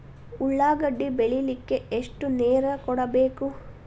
ಉಳ್ಳಾಗಡ್ಡಿ ಬೆಳಿಲಿಕ್ಕೆ ಎಷ್ಟು ನೇರ ಕೊಡಬೇಕು?